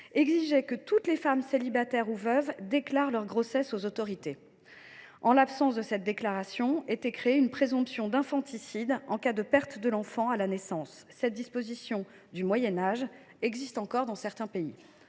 exigeait que toutes les femmes célibataires ou veuves déclarent leur grossesse aux autorités. En l’absence de cette déclaration était créée une présomption d’infanticide en cas de perte de l’enfant à la naissance. Cette disposition digne du Moyen Âge existe encore dans certains pays.